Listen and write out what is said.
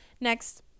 next